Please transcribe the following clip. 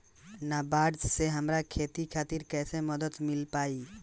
नाबार्ड से हमरा खेती खातिर कैसे मदद मिल पायी?